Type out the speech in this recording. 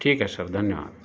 ठीक आहे सर धन्यवाद